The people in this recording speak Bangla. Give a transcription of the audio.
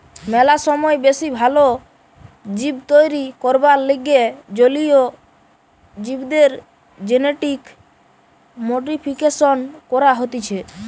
ম্যালা সময় বেশি ভাল জীব তৈরী করবার লিগে জলীয় জীবদের জেনেটিক মডিফিকেশন করা হতিছে